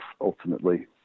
ultimately